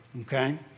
Okay